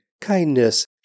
kindness